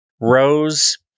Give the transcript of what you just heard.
Rose